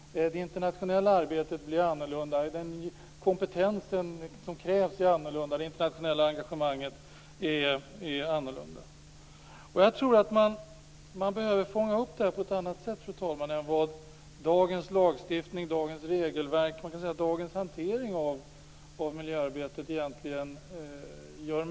Det internationella arbetet har blivit annorlunda. Den kompetens och det engagemang som krävs är annorlunda. Man behöver fånga upp detta på ett annat sätt än vad dagens lagstiftning, regelverk och dagens hantering av miljöarbetet medger.